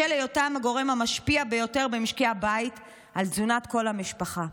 בשל היותן הגורם המשפיע ביותר במשקי הבית על תזונת כל המשפחה.